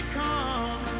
come